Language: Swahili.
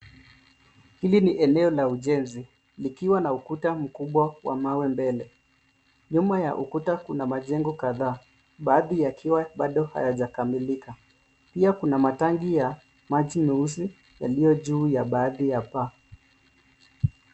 Hili ni eneo la ujenzi likiwa na ukuta mkubwa wa mawe mbele. Nyuma ya ukuta kuna majengo kadhaa baadhi yakiwa bado hayajakamilika. Pia kuna matenki ya maji meusi yaliyo juu ya baadhi ya paa.